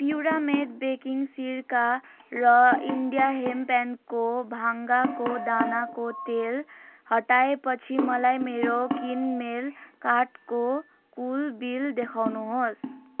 प्योरामेट baking सिरका र India hemp and को भाँगाको दानाको तेल हटाएपछि मलाई मेरो किनमेल कार्टको कुल बिल देखाउनुहोस्